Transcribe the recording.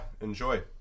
enjoy